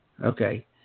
Okay